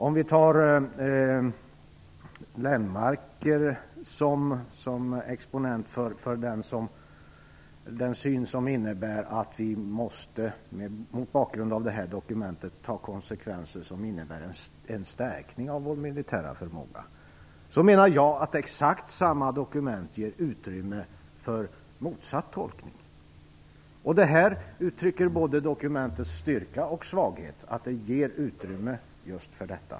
Om jag tar Lennmarker som exponent för den syn som innebär att vi mot bakgrund av detta dokument måste göra en förstärkning av vår militära förmåga, menar jag att exakt samma dokument ger utrymme för motsatt tolkning. Just detta uttrycker både dokumentets styrka och dess svaghet.